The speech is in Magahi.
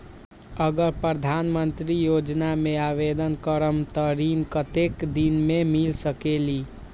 अगर प्रधानमंत्री योजना में आवेदन करम त ऋण कतेक दिन मे मिल सकेली?